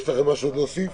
יש לכם עוד משהו להוסיף?